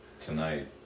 tonight